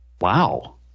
wow